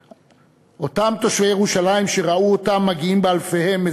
אותם תושבי ירושלים ראו אותם מגיעים באלפיהם,